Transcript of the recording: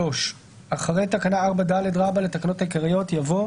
הוספת תקנה 4ה אחרי תקנה 4ד לתקנות העיקריות יבוא: